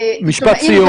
משפט סיכום.